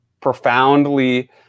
profoundly